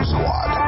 Squad